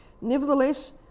Nevertheless